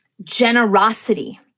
generosity